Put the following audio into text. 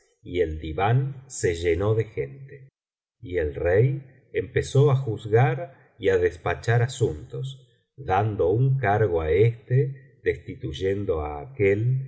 y el diván se llenó de gente y el rey empezó á juzgar y á despachar asuntos dando un cargo á esto destituyendo á aquel